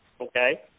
Okay